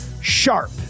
SHARP